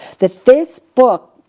that this book,